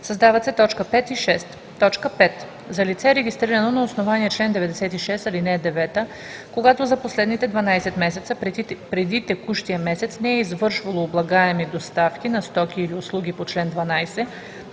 създават се т. 5 и 6: „5. за лице, регистрирано на основание чл. 96, ал. 9, когато за последните 12 месеца преди текущия месец не е извършвало облагаеми доставки на стоки или услуги по чл. 12;